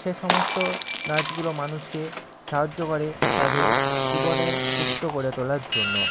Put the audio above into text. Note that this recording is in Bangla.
সে সমস্ত নাচগুলো মানুষকে সাহায্য করে তাদের জীবনে সুস্থ করে তোলার জন্য